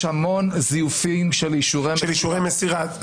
המון זיופים של אישורי מסירה.